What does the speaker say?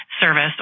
service